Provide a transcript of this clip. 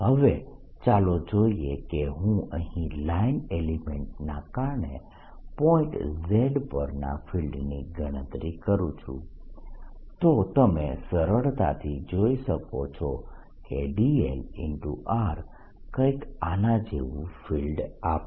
હવે ચાલો જોઈએ કે હું અહીં લાઈન એલિમેન્ટના કારણે પોઇન્ટ z પરના ફિલ્ડની ગણતરી કરું છું તો તમે સરળતાથી જોઈ શકો છો કે dlr કંઈક આના જેવું ફિલ્ડ આપશે